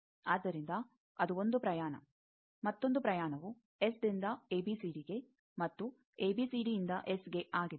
ಆದ್ದರಿಂದ ಅದು 1 ಪ್ರಯಾಣ ಮತ್ತೊಂದು ಪ್ರಯಾಣವು ಎಸ್ ದಿಂದ ಎಬಿಸಿಡಿಗೆ ಮತ್ತು ಎಬಿಸಿಡಿ ಯಿಂದ ಎಸ್ಗೆ ಆಗಿದೆ